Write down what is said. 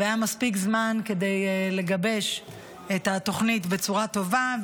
והיה מספיק זמן כדי לגבש את התוכנית בצורה טובה,